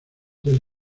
del